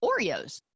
oreos